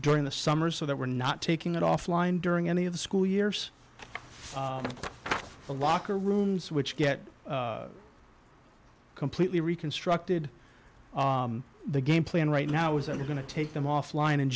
during the summer so that we're not taking it offline during any of the school years of the locker rooms which get completely reconstructed the game plan right now is that we're going to take them offline in